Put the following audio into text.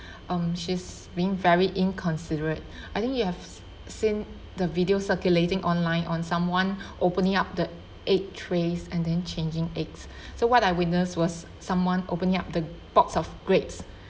um she's being very inconsiderate I think you have seen the video circulating online on someone opening up the egg trays and then changing eggs so what I witnessed was someone opening up the box of grapes